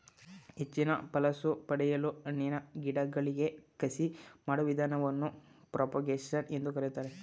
ಹೆಚ್ಚಿನ ಫಸಲು ಪಡೆಯಲು ಹಣ್ಣಿನ ಗಿಡಗಳಿಗೆ ಕಸಿ ಮಾಡುವ ವಿಧಾನವನ್ನು ಪ್ರೋಪಾಗೇಶನ್ ಎಂದು ಕರಿತಾರೆ